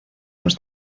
los